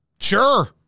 Sure